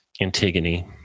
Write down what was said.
antigone